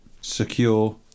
Secure